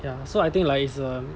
ya so I think like it's a